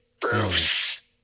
Bruce